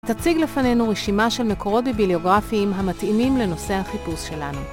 תציג לפנינו רשימה של מקורות ביבליוגרפיים המתאימים לנושא החיפוש שלנו.